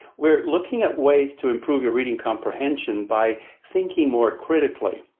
we're looking at ways to improve your reading comprehension by thinking more critically.